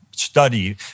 study